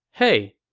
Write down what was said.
hey,